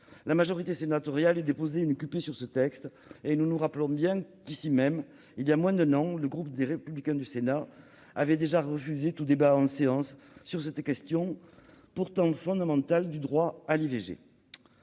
à opposer la question préalable sur ce texte. Nous nous rappelons bien qu'ici même, il y a moins d'un an, le groupe Les Républicains du Sénat avait déjà refusé tout débat en séance sur la question pourtant fondamentale du droit à l'IVG.